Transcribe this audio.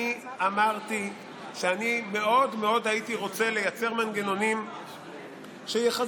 אני אמרתי שאני מאוד מאוד הייתי רוצה לייצר מנגנונים שיחזקו